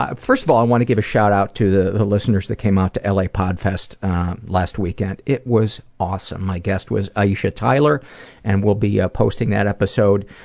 ah first of all i wanna give a shout out to the the listeners that came out to la podfest last weekend and it was awesome. my guest was iesha tyler and will be ah posting that episode